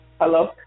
Hello